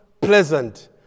pleasant